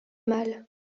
mal